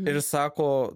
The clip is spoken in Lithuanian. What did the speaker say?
ir sako